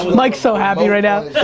mike's so happy right now.